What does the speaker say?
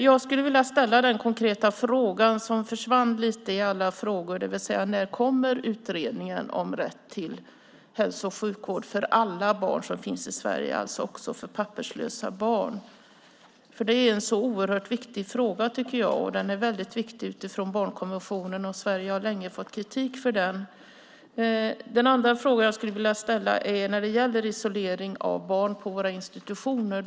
Jag skulle vilja ställa den konkreta fråga som försvann lite grann i alla frågor: När kommer utredningen om rätt till hälso och sjukvård för alla barn som finns i Sverige, alltså också för papperslösa barn? Det är en så oerhört viktig fråga. Den är väldigt viktig utifrån barnkonventionen, och Sverige har länge fått kritik för det här. Den andra fråga jag skulle vilja ställa gäller isolering av barn på våra institutioner.